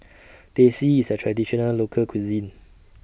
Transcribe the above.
Teh C IS A Traditional Local Cuisine